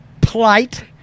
plight